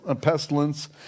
pestilence